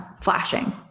flashing